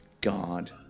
God